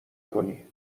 کنی